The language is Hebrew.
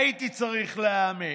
הייתי צריך להאמין.